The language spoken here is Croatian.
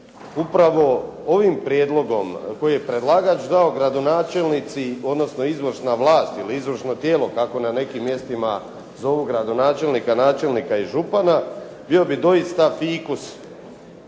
upravo ovim prijedlogom koji je predlagač dao gradonačelnici, odnosno izvršna vlast ili izvršno tijelo kako na nekim mjestima zovu gradonačelnika, načelnika i župana bio bi doista fikus.